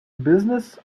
business